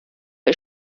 ist